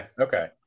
okay